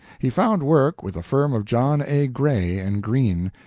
he found work with the firm of john a. gray and green,